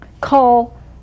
call